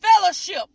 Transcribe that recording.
fellowship